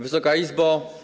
Wysoka Izbo!